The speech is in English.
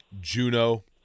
Juno